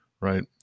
right